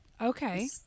Okay